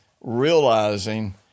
realizing